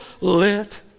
lit